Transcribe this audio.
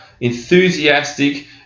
enthusiastic